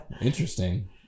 interesting